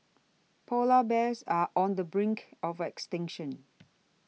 Polar Bears are on the brink of extinction